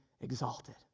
exalted